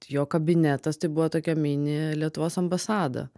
jo kabinetas tai buvo tokia mini lietuvos ambasada